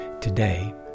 Today